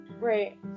right